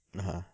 (uh huh)